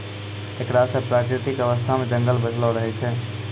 एकरा से प्राकृतिक अवस्था मे जंगल बचलो रहै छै